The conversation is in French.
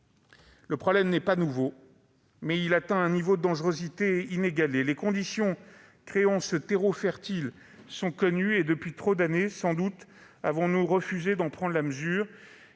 Le problème n'est pas nouveau, mais il atteint un niveau de dangerosité inégalé. Les conditions créant ce terreau fertile sont connues et nous avons depuis trop d'années, sans doute, refusé d'en prendre la mesure,